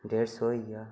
डेढ सौ होई गेआ